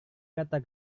kata